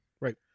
Right